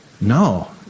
No